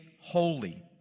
holy